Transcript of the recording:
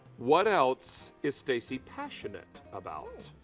what else is stacey passionate about?